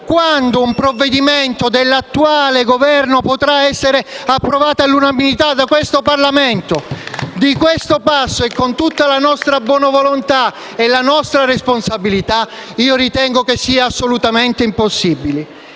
quando un provvedimento dell'attuale Governo potrà essere approvato all'unanimità da questo Parlamento? *(Applausi dal Gruppo FI-BP)*. Di questo passo, con tutta la nostra buona volontà e la nostra responsabilità, ritengo che sia assolutamente impossibile.